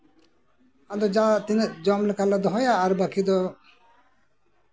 ᱟᱫᱚ ᱡᱟᱸᱦᱟ ᱛᱤᱱᱟᱹᱜ ᱡᱚᱢ ᱞᱮᱠᱟᱞᱮ ᱫᱚᱦᱚᱭᱟ ᱵᱟᱹᱠᱤ ᱫᱚ